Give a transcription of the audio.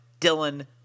Dylan